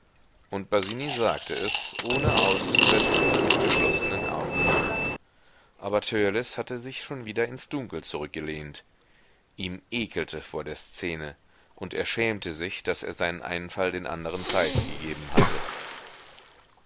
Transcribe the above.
und basini sagte es ohne auszusetzen und mit geschlossenen augen aber törleß hatte sich schon wieder ins dunkel zurückgelehnt ihm ekelte vor der szene und er schämte sich daß er seinen einfall den anderen preisgegeben hatte